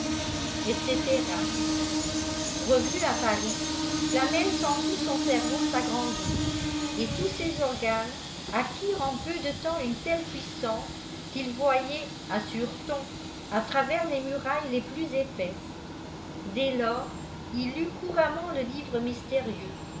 etc revenu à pâris flamel sentit son cerveau agrandir et tous ses organes acquirent en peu de temps une telle puissance qu'il voyait assure-t-on à travers les murailles les plus épaisses dès lors il lut cburamment le livre mystérieux